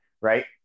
right